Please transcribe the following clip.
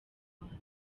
rwanda